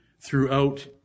throughout